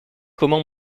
comment